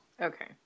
Okay